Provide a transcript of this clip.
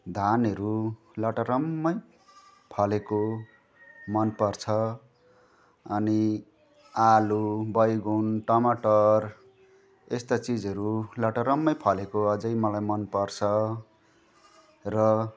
धानहरू लटरम्मै फलेको मनपर्छ अनि आलु बैगुन टमाटर यस्ता चिजहरू लटरम्मै फलेको अझै मलाई मनपर्छ र